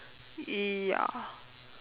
ya